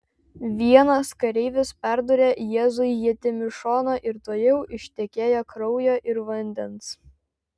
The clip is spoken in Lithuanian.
vienas kareivis perdūrė jėzui ietimi šoną ir tuojau ištekėjo kraujo ir vandens